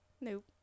Nope